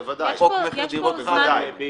חוק מכר דירות חל.